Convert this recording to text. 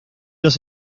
los